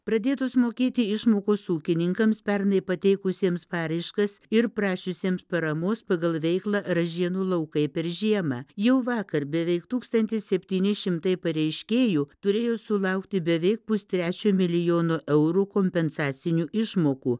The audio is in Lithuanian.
pradėtos mokėti išmokos ūkininkams pernai pateikusiems paraiškas ir prašiusiems paramos pagal veiklą ražienų laukai per žiemą jau vakar beveik tūkstantis septyni šimtai pareiškėjų turėjo sulaukti beveik pustrečio milijono eurų kompensacinių išmokų